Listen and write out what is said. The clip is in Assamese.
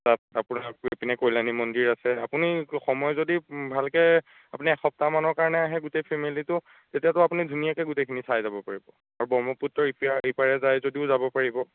তাত আপোনাৰ গৈ পিনি কল্যাণী মন্দিৰ আছে আপুনি সময় যদি ভালকৈ আপুনি এসপ্তাহমানৰ কাৰণে আহে গোটেই ফেমেলিটো তেতিয়াটো আপুনি ধুনীয়াকৈ গোটেইখিনি চাই যাব পাৰিব আৰু ব্ৰক্ষ্মপুত্ৰৰ ইপাৰ সিপাৰে যায় যদিও যাব পাৰিব